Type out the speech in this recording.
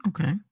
okay